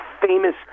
famous